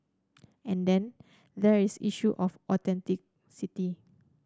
and then there is issue of authenticity